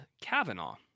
kavanaugh